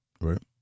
right